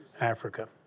Africa